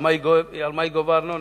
על מה היא גובה ארנונה?